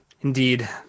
Indeed